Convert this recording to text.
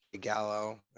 Gallo